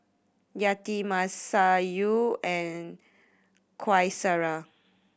Yati Masayu and Qaisara